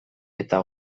eta